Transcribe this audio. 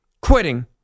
quitting